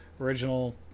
original